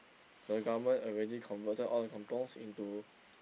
the government already converted all the kampungs into